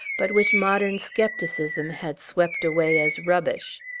but which modern scepticism had swept away as rubbish.